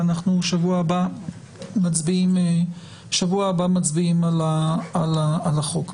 שבוע הבא נצביע על החוק.